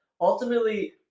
Ultimately